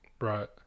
Right